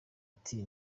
ati